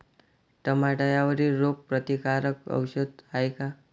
टमाट्यावरील रोग प्रतीकारक औषध हाये का?